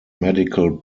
medical